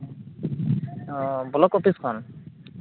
ᱚᱻ block office ᱠᱷᱚᱱ